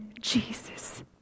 Jesus